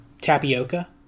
tapioca